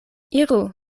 iru